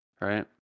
Right